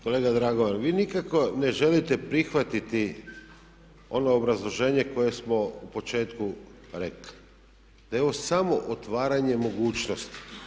Kolega Dragovan, vi nikako ne želite prihvatiti ono obrazloženje koje smo u početku rekli, da je ovo samo otvaranje mogućnosti.